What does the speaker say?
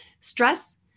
Stress